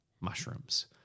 mushrooms